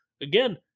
Again